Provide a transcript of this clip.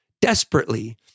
desperately